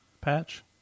patch